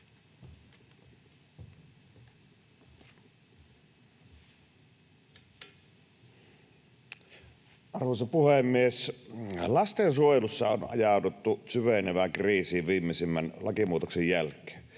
Arvoisa puhemies! Lastensuojelussa on ajauduttu syvenevään kriisiin viimeisimmän lakimuutoksen jälkeen.